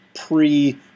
pre